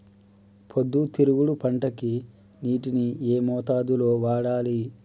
పొద్దుతిరుగుడు పంటకి నీటిని ఏ మోతాదు లో వాడాలి?